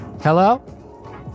Hello